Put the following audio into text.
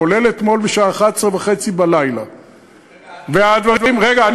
כולל אתמול בשעה 23:30. אני אגמור.